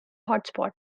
hotspot